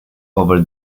over